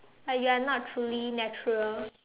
or you are not truly natural